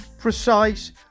precise